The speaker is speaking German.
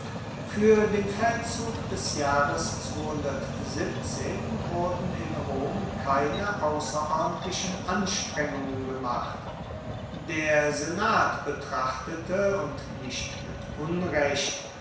fuer den feldzug des jahres wurden in rom keine ausserordentlichen anstrengungen gemacht der senat betrachtete und nicht mit unrecht